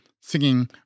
singing